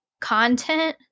content